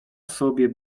sobie